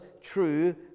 true